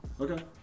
okay